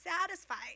satisfied